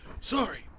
Sorry